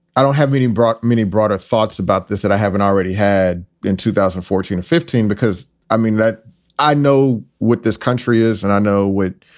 i don't have meaning brought many broader thoughts about this that i haven't already had in two thousand and fourteen fifteen, because i mean that i know what this country is and i know what,